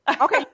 Okay